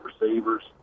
receivers